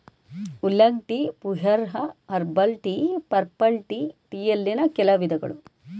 oolong tea, pu erh, herbal tea, purple tea ಟೀಯಲ್ಲಿನ್ ಕೆಲ ವಿಧಗಳು